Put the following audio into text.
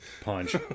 punch